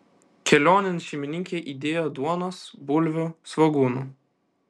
kelionėn šeimininkė įdėjo duonos bulvių svogūnų